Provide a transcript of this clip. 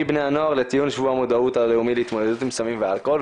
בני הנוער לציון שבוע המודעות הלאומי להתמודדות עם סמים ואלכוהול".